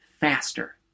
faster